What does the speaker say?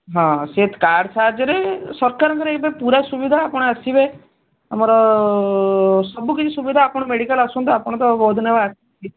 ହଁ ସେ କାର୍ଡ଼୍ ସାହାଯ୍ୟରେ ସରକାରଙ୍କର ଏବେ ପୁରା ସୁବିଧା ଆପଣ ଆସିବେ ଆମର ସବୁ କିଛି ସୁବିଧା ଆପଣ ମେଡ଼ିକାଲ୍ ଆସନ୍ତୁ ଆପଣ ତ ବହୁତ ଦିନ ହେବ